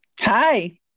Hi